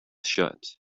shut